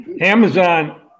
Amazon